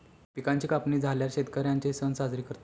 पिकांची कापणी झाल्यार शेतकर्यांचे सण साजरे करतत